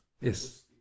Yes